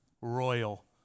royal